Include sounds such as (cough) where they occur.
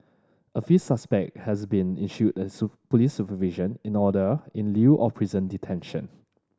a fifth suspect has been issued a (unintelligible) police supervision in order in lieu of prison detention